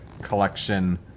collection